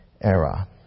era